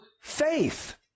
faith